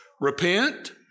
Repent